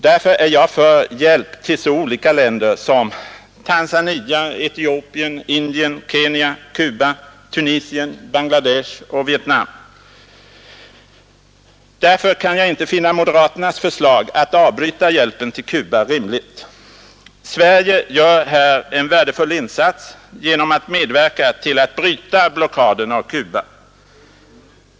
Därför är jag för hjälp till så olika länder som Tanzania, Etiopien, Indien, Kenya, Cuba, Tunisien, Bangladesh och Vietnam. Därför kan jag inte finna moderaternas förslag att avbryta hjälpen till Cuba rimligt. Sverige gör här en värdefull insats genom att medverka till att bryta blockaden av Cuba.